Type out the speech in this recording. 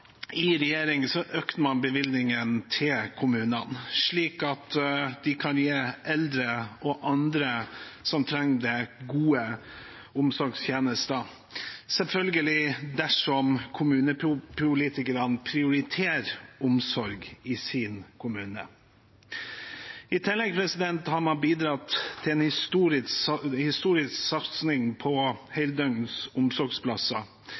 i regjering, økte man bevilgningen til kommunene, slik at de kan gi eldre og andre som trenger det, gode omsorgstjenester – selvfølgelig dersom kommunepolitikerne prioriterer omsorg i sin kommune. I tillegg har man bidratt til en historisk satsing på heldøgns omsorgsplasser,